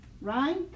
right